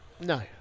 No